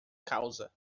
causa